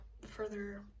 further